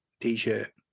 t-shirt